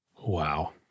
Wow